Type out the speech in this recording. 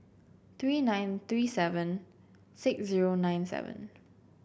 three nine three seven six zero nine seven